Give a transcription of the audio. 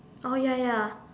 oh ya ya